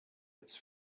its